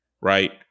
Right